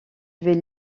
vais